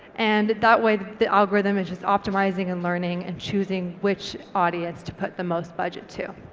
and that way the algorithm is just optimising, and learning, and choosing which audience to put the most budget to.